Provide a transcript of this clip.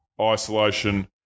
isolation –